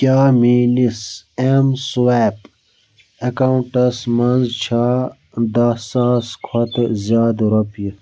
کیٛاہ میٲنِس ایٚم سٕوایپ اکلاونٹَس منٛز چھا داہ ساس کھۄتہٕ زِیٛادٕ رۄپیہِ